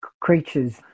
creatures